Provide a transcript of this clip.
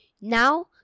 Now